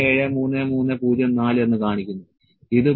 173304 എന്ന് കാണിക്കുന്നു ഇത് 0